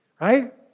right